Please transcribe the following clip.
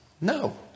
No